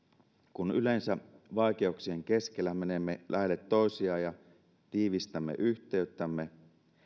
kun yleensä vaikeuksien keskellä menemme lähelle toisia ja tiivistämme yhteyttämme